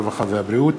הרווחה והבריאות,